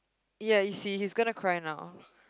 ya you see he's gonna cry now